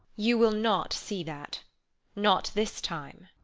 you will not see that not this time.